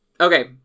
okay